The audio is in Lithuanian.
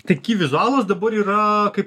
tai ky vizualas dabar yra kaip